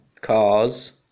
cars